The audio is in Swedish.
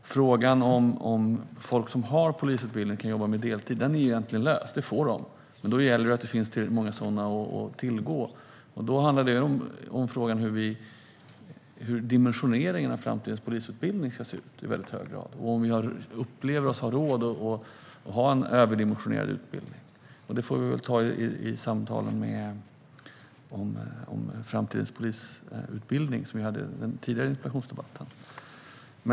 Frågan om huruvida folk som har polisutbildning kan jobba deltid är löst. Det får de, men då gäller det att det finns tillräckligt många att tillgå. Det handlar i hög grad om hur den framtida polisutbildningen ska se ut, om vi har råd att ha en överdimensionerad utbildning. Det får vi ta upp i samtalen om den framtida polisutbildningen som vi diskuterade under den förra interpellationsdebatten.